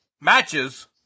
matches